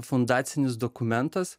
fundacinis dokumentas